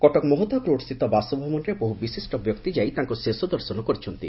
କଟକ ମହତାବରୋଡ୍ସ୍ଚିତ ବାସଭବନରେ ବହୁ ବିଶିଷ୍ ବ୍ୟକ୍ତି ଯାଇ ତାଙ୍କ ଶେଷ ଦର୍ଶନ କରିଛନ୍ତି